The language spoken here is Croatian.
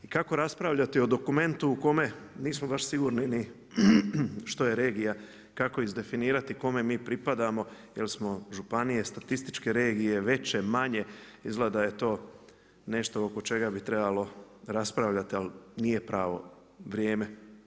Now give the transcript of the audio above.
I kako raspravljati o dokumenti u kome nismo baš sigurni ni što je regija, kako izdefinirati kome mi pripadamo, jesmo li županije, statističke regije, veće, manje, izgleda da je to nešto oko čega bi trebalo raspravljati ali nije pravo vrijeme.